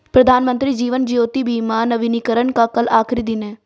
प्रधानमंत्री जीवन ज्योति बीमा नवीनीकरण का कल आखिरी दिन है